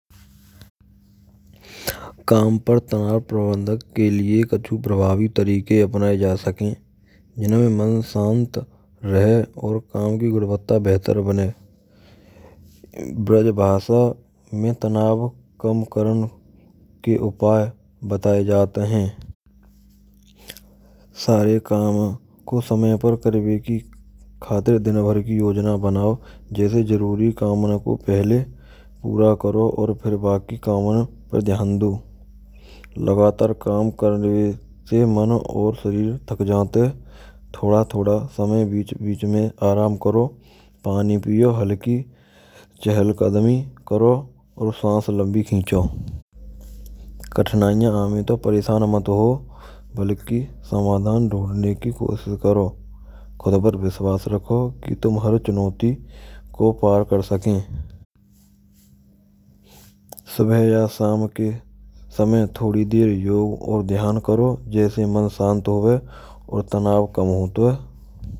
Kaam par tanav prabahndhan ke lie kachhu prabhaavee taarike apane ja sake Jinheme man shaant rahe aur kaam kee gunavatta behatar bane. Braj bhaasha mein tanav km karan ke upaay batae jaat hain. Saare kaam ko samay par karave ke khatir din bhar ki yogna bnao. Jaise jarooree kaman ko pahale poora karo. Aur phir baakee kaman par dhyaan do. Lagataar kaam karane se man aur shareer thak jaate. Thoda-thoda samay beech-beech mein aaraam karo paanee piyo halkee chahal kadamee karo. Aur saans lambee khincho. Kathinaiyaan haman to pareshaan mat ho. Baalkee samaadhaan dhoondhane kee koshish karo. Khud par vishvaas rakho ki tumhaaree chunautee ko paar kar saken. Subah ya shaam ke smay thodi der yog aur dhyan kro. Jaise mn shaant hove aur tanav km hoat hay.